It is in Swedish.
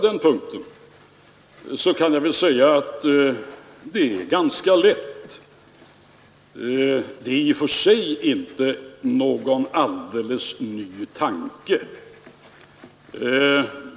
Den tanke som förts fram i förslaget är i och för sig inte alldeles ny.